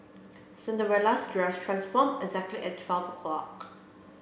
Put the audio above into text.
Cinderella's dress transformed exactly at twelve o'clock